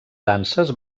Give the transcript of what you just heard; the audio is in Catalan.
danses